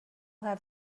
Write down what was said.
have